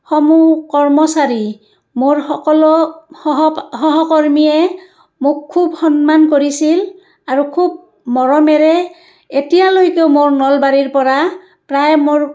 সমূহ কৰ্মচাৰী মোৰ সকলো সহ সহকৰ্মীয়ে মোক খুব সন্মান কৰিছিল আৰু খুব মৰমেৰে এতিয়ালৈকেও মোৰ নলবাৰীৰ পৰা প্ৰায় মোৰ